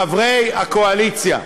חברי הקואליציה,